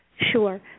Sure